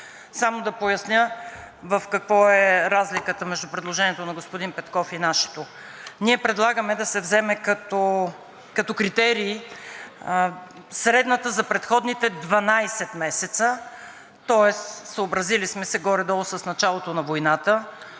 Само да поясня в какво е разликата между предложението на господин Петков и нашето. Ние предлагаме да се вземе като критерий средната за предходните 12 месеца, тоест съобразили сме се горе-долу с началото на войната,